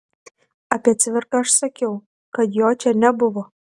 apie cviką aš sakiau kad jo čia nebuvo